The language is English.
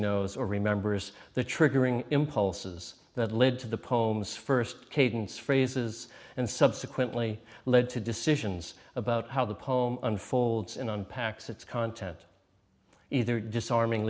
knows or remembers the triggering impulses that lead to the poems first cadence phrases and subsequently lead to decisions about how the poem unfolds in unpacks its content either disarming